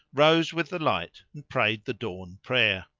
rose with the light and prayed the dawn-prayer.